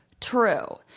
true